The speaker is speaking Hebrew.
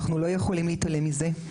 אנחנו לא יכולים להתעלם מזה.